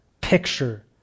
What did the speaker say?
picture